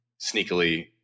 sneakily